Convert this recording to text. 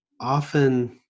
often